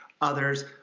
others